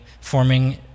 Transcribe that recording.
forming